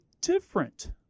different